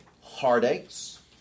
heartaches